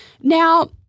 Now